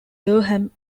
durham